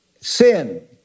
sin